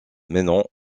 menant